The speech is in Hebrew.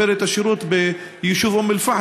אפשר לשפר את השירות ליישוב אום אל-פחם,